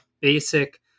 basic